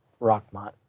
Rockmont